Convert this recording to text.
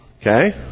Okay